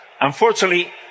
Unfortunately